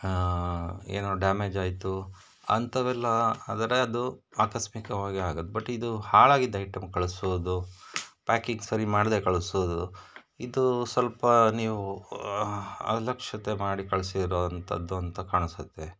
ಏನೋ ಡ್ಯಾಮೇಜ್ ಆಯಿತು ಅಂಥವೆಲ್ಲ ಆದರೆ ಅದು ಆಕಸ್ಮಿಕವಾಗಿ ಆಗೋದು ಬಟ್ ಇದು ಹಾಳಾಗಿದ್ದು ಐಟೆಮ್ ಕಳಿಸೋದು ಪ್ಯಾಕಿಂಗ್ ಸರಿ ಮಾಡದೆ ಕಳಿಸೋದು ಇದು ಸ್ವಲ್ಪ ನೀವು ಅಲಕ್ಷತೆ ಮಾಡಿ ಕಳಿಸಿರೋ ಅಂಥದ್ದು ಅಂತ ಕಾಣಿಸುತ್ತೆ